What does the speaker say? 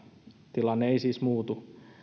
tilanne ei siis muutu